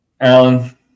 Alan